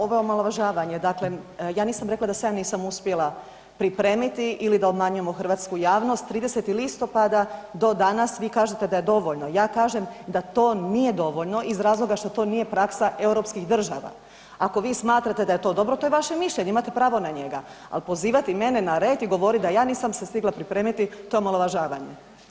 Ovo je omalovažanje, dakle, ja nisam rekla da se ja nisam uspjela pripremiti ili da obmanjujemo hrvatsku javnost, 30. listopada do danas vi kažete da je dovoljno, ja kažem da to nije dovoljno iz razloga što to nije praksa europskih država, ako vi smatrate da je to dobro to je vaše mišljenje imate pravo na njega, ali pozivati mene na red i govoriti da ja nisam se stigla pripremiti to je omalovažavanje.